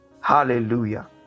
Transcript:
Hallelujah